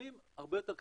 הסכומים הרבה יותר קטנים.